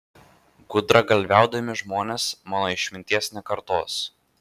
gudragalviaudami žmonės mano išminties nekartos